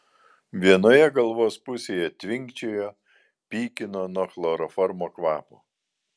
vienoje galvos pusėje tvinkčiojo pykino nuo chloroformo kvapo